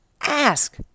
Ask